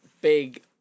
big